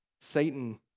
Satan